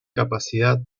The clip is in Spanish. capacidad